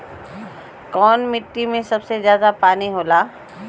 कौन मिट्टी मे सबसे ज्यादा पानी होला?